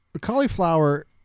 cauliflower